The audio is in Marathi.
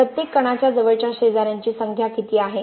प्रत्येक कणाच्या जवळच्या शेजाऱ्यांची संख्या किती आहे